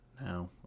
now